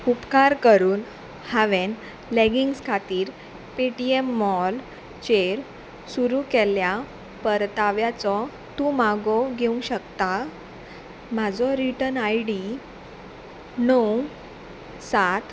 उपकार करून हांवें लेगिंग्स खातीर पेटीएम मॉल चेर सुरू केल्ल्या परताव्याचो तूं मागो घेवंक शकता म्हाजो रिटर्न आय डी णव सात